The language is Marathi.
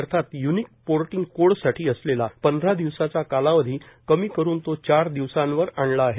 अर्थात य्निक पोर्टिंग कोडसाठी असलेला पंधरा दिवसाचा कालावधी कमी करून तो चार दिवसांवर आणला आहे